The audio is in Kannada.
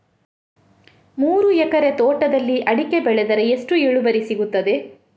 ಮೂರು ಎಕರೆ ತೋಟದಲ್ಲಿ ಅಡಿಕೆ ಬೆಳೆದರೆ ಎಷ್ಟು ಇಳುವರಿ ಸಿಗುತ್ತದೆ?